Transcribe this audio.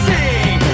Sing